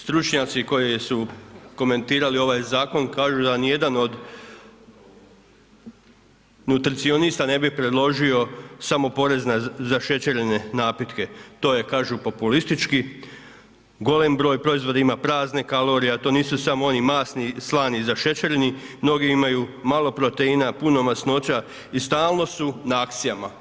Stručnjaci koji su komentirali ovaj zakon, kažu da nijedan od nutricionista ne bi predložio samo porez na zašećerene napitke, to je kažu, populistički, golem broj proizvoda ima prazne kalorije a to nisu samo oni masni, slani i zašećereni, mnogi imaju malo proteina a puno masnoća i stalno su na akcijama.